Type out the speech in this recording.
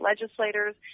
legislators